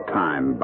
time